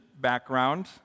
background